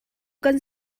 kan